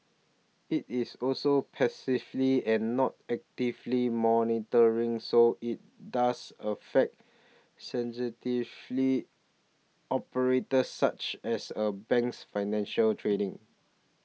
it is also passively and not actively monitoring so it does affect sensitively operate such as a bank's financial trading